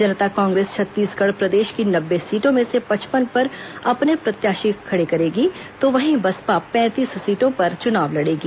जनता कांग्रेस छत्तीसगढ़ प्रदेश की नब्बे सीटों में से पचपन पर अपने प्रत्याशी खड़ा करेगी तो वहीं बसपा पैंतीस सीटों पर चुनाव लड़ेगी